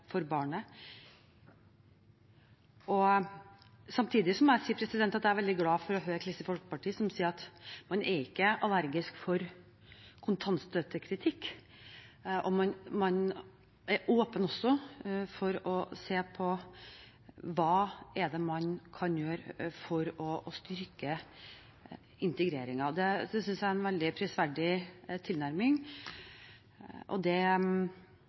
barnet. Samtidig må jeg si at jeg er veldig glad for å høre Kristelig Folkeparti si at man ikke er allergisk mot kontantstøttekritikk, og at man er åpen for å se på hva man kan gjøre for å styrke integreringen. Det synes jeg er en veldig prisverdig tilnærming. Det bidrar også til at vi kan tenke litt nytt om hvordan vi skal sikre familien valgfrihet og barnet god omsorg det